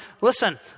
Listen